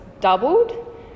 doubled